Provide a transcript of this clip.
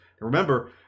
Remember